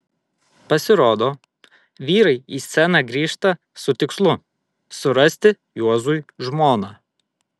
pasirodo vyrai į sceną grįžta su tikslu surasti juozui žmoną